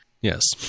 Yes